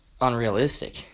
unrealistic